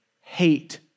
hate